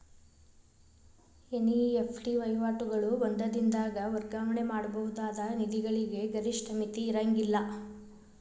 NEFT ವಹಿವಾಟುಗಳು ಒಂದ ದಿನದಾಗ್ ವರ್ಗಾವಣೆ ಮಾಡಬಹುದಾದ ನಿಧಿಗಳಿಗೆ ಗರಿಷ್ಠ ಮಿತಿ ಇರ್ಂಗಿಲ್ಲಾ